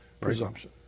presumption